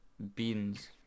Beans